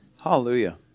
Hallelujah